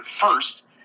first